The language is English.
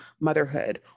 motherhood